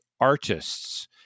artists